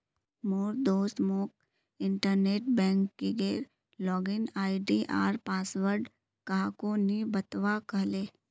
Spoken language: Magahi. मोर दोस्त मोक इंटरनेट बैंकिंगेर लॉगिन आई.डी आर पासवर्ड काह को नि बतव्वा कह ले